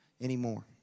anymore